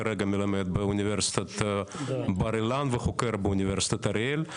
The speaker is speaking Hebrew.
כרגע מלמד באוניברסיטת בר אילן וחוקר באוניברסיטת אריאל.